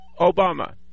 Obama